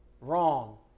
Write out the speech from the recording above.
Wrong